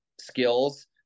skills